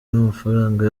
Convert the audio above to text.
n’amafaranga